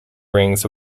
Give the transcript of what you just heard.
rings